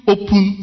open